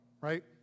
right